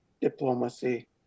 diplomacy